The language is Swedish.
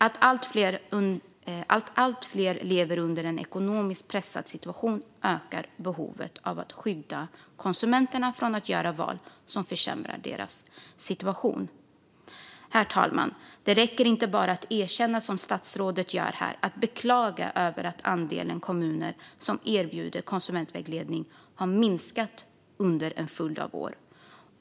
Att allt fler lever i en ekonomiskt pressad situation ökar behovet av att skydda konsumenterna från att göra val som försämrar deras situation. Herr talman! Det räcker inte att bara erkänna som statsrådet gör här och beklaga att andelen kommuner som erbjuder konsumentvägledning har minskat under en följd av år.